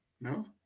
No